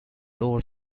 lower